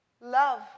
Love